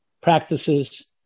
practices